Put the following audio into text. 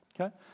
Okay